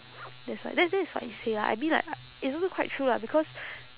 that's why that that is what he say lah I mean like uh it's also quite true lah because